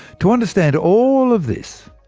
to understand all of this,